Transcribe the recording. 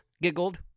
giggled